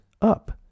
up